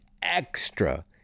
extra